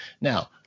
Now